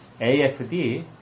AFD